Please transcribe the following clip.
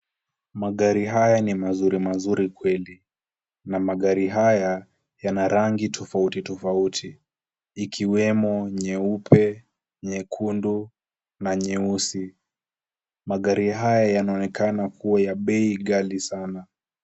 Magari haya ni mazuri mazuri kweli na magari haya yana rangi tofauti tofauti, ikiwemo nyeupe, nyekundu na nyeusi. Magari haya yanaonekana kuwa ya bei ghali sana.